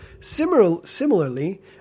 Similarly